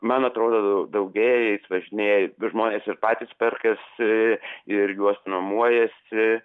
man atrodo daugėja jais važinėja ir žmonės ir patys perkasi ir juos nuomojasi